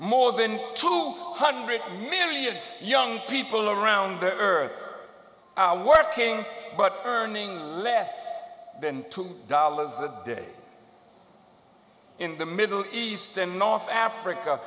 more than two hundred million young people around the earth working but earning less than two dollars a day in the middle east and north africa